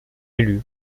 élue